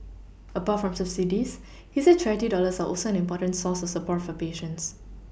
apart from subsidies he said charity dollars are also an important source of support for patients